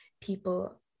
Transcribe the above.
people